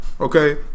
Okay